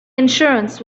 insurance